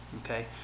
Okay